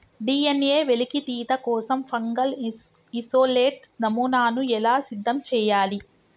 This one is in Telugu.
డి.ఎన్.ఎ వెలికితీత కోసం ఫంగల్ ఇసోలేట్ నమూనాను ఎలా సిద్ధం చెయ్యాలి?